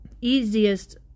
easiest